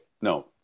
no